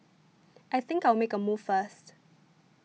I think I'll make a move first